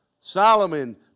Solomon